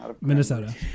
Minnesota